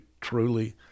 truly